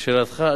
לשאלתך,